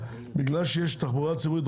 בגלל שיש תחבורה ציבורית,